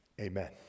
Amen